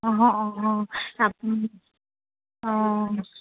অঁ অঁ অঁ আপুনি অঁ